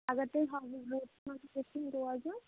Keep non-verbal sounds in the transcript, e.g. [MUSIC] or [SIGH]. اَگر تُہۍ [UNINTELLIGIBLE] منٛز چھِو روزان